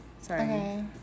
Sorry